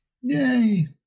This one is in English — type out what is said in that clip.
Yay